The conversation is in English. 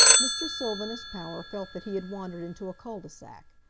mr. sylvanus power felt that he had wandered into a cul-de-sac.